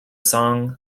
song